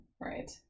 Right